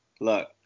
look